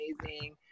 amazing